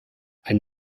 ein